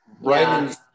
right